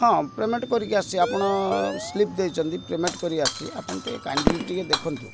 ହଁ ପେମେଣ୍ଟ କରିକି ଆସିଛି ଆପଣ ସ୍ଲିପ୍ ଦେଇଛନ୍ତି ପେମେଣ୍ଟ କରିକି ଆସିଛି ଆପଣ ଟିକେ କାଇଣ୍ଡଲି ଟିକେ ଦେଖନ୍ତୁ